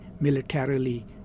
militarily